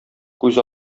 күз